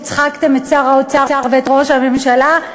הצחקתם את שר האוצר ואת ראש הממשלה,